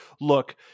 look